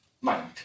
mind